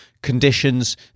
conditions